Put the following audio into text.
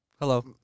Hello